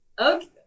Okay